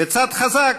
וצד חזק,